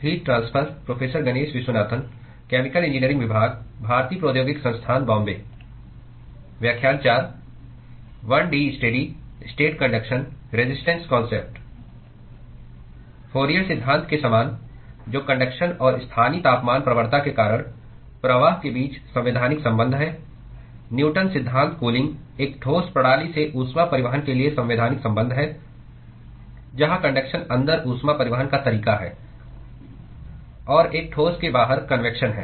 फूरियरFouriers सिद्धांत के समान जो कन्डक्शन और स्थानीय तापमान प्रवणता के कारण प्रवाह के बीच संवैधानिक संबंध है न्यूटन सिद्धांत कूलिंग एक ठोस प्रणाली से ऊष्मा परिवहन के लिए संवैधानिक संबंध है जहां कन्डक्शन अंदर ऊष्मा परिवहन का तरीका है और एक ठोस के बाहर कन्वेक्शन है